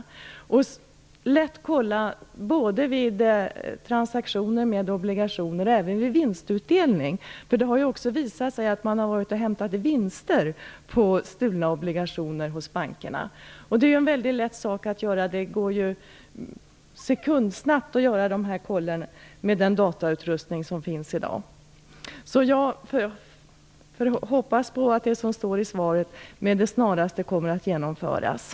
Det är lätt att göra kontroller vid transaktioner med obligationer och även vid vinstutdelning. Det har ju visat sig att det har hämtats ut vinster på stulna obligationer hos bankerna. Det går ju sekundsnabbt att göra den här kontrollen med den datautrustning som finns i dag. Jag hoppas att det som står i svaret kommer att genomföras med det snaraste.